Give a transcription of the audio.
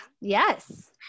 yes